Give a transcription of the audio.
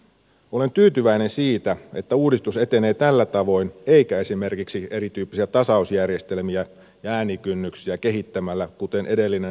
olen tyytyväinen siitä että uudistus etenee tällä tavoin eikä esimerkiksi erityyppisiä tasausjärjestelmiä ja äänikynnyksiä kehittämällä kuten edellinen hallitus suunnitteli